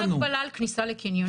אין הגבלה על כניסה לקניונים,